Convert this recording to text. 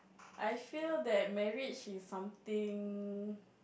I feel that marriage is something